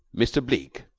mr. bleke,